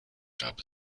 gab